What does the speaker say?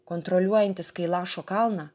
kontroliuojantis kailašo kalną